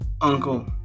uncle